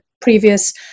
previous